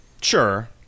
Sure